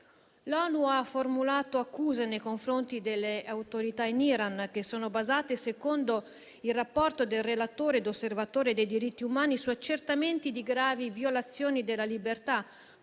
L'ONU ha formulato accuse nei confronti delle autorità in Iran che e, secondo il rapporto del relatore ed osservatore dei diritti umani, sono basate su accertamenti di gravi violazioni della libertà